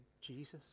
Jesus